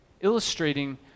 Illustrating